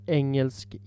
engelsk